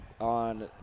on –